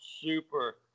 super